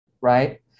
right